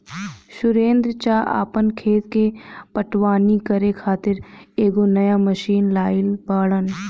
सुरेंदर चा आपन खेत के पटवनी करे खातिर एगो नया मशीन लाइल बाड़न